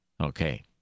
Okay